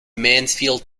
mansfield